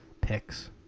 picks